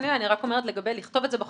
אני רק אומרת לגבי לכתוב את זה בחוק,